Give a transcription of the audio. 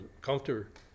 comfort